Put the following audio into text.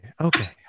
okay